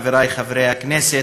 חברי חברי הכנסת,